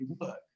work